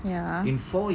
ya